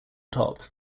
top